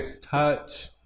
touch